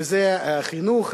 וזה חינוך,